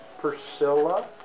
Priscilla